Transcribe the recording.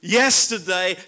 yesterday